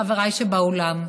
חבריי שבאולם,